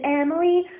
emily